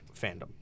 fandom